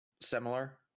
similar